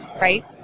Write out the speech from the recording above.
right